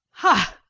ha!